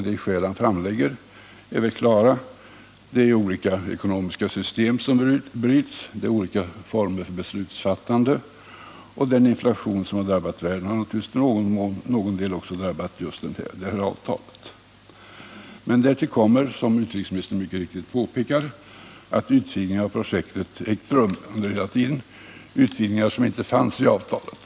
De skäl han framlägger är klara: Det är olika ekonomiska system som bryts mot varandra, olika former för beslutsfattande, och den inflation som drabbat världen har naturligtvis till någon del drabbat även det här avtalet. Därtill kommer, som utrikesministern mycket riktigt påpekar, att utvidgningar av projektet ägt rum under hela tiden — utvidgningar som inte fanns i avtalet.